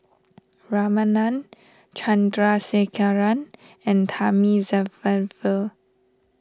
Ramanand Chandrasekaran and Thamizhavel